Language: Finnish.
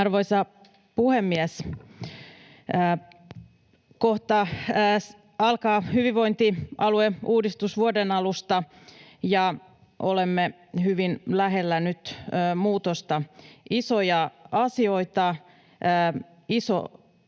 Arvoisa puhemies! Kohta alkaa hyvinvointialueuudistus, vuoden alusta, ja olemme nyt hyvin lähellä muutosta. Isoja asioita, iso